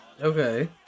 Okay